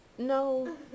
No